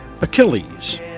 Achilles